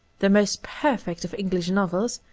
the most perfect of english novels,